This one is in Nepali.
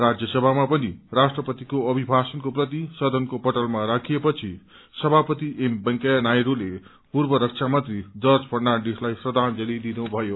राज्यसभा पनि राष्ट्रपतिको अभिभाषणको प्रति सदनको पटलमा राखिए पछि सभापति एम वेंकैया नायडूले पूर्व रक्षामन्त्री जर्ज फर्नाण्डीसलाई श्रखांजलि दिनुभयो